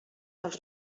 dels